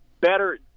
better